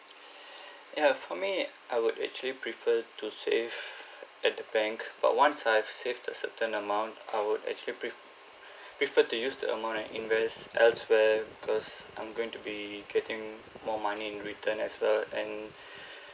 ya for me I would actually prefer to save at the bank but once I've saved a certain amount I would actually pref~ prefer to use the amount and invest elsewhere because I'm going to be getting more money in return as well and